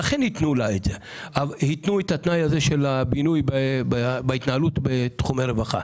ולכן היתנו את התנאי הזה של הבינוי בהתנהלות בתחומי רווחה.